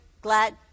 Glad